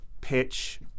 pitch